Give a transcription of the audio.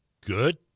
Good